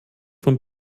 von